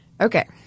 Okay